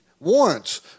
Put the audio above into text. Warrants